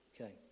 Okay